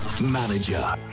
Manager